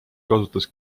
kasutas